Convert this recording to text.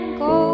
go